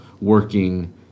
working